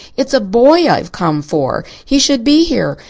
it's a boy i've come for. he should be here.